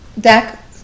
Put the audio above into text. deck